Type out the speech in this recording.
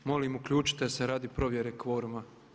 Molim uključite se radi provjere kvoruma.